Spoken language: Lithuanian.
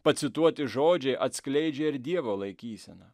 pacituoti žodžiai atskleidžia ir dievo laikyseną